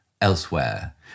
elsewhere